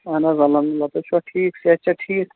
اَہَن حظ الحمدُاللہ تُہۍ چھِوا ٹھیٖک صحت چھا ٹھیٖک